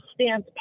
stance